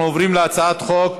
אנחנו עוברים להצעת חוק